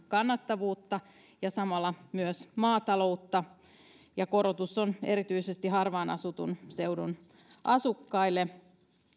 kannattavuutta ja samalla myös maataloutta korotus on erityisesti harvaanasutun seudun asukkaille